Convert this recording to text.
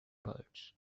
parts